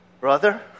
brother